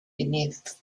beneath